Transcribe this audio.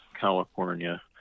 california